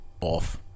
off